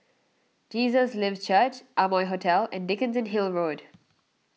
Jesus Lives Church Amoy Hotel and Dickenson Hill Road